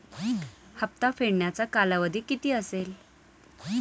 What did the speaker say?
हप्ता फेडण्याचा कालावधी किती असेल?